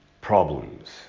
problems